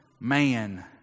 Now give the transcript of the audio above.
man